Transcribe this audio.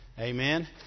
Amen